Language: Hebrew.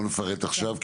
לא נפרט עכשיו,